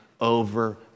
over